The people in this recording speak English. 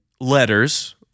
letters